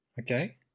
Okay